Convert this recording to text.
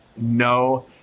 no